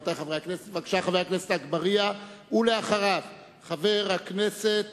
בבקשה, חבר הכנסת אגבאריה, ואחריו, חבר הכנסת